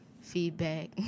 feedback